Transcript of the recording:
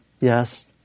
Yes